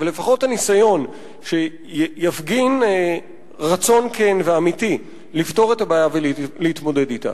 אבל לפחות הניסיון יפגין רצון כן ואמיתי לפתור את הבעיה ולהתמודד אתה.